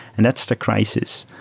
and that's the crisis.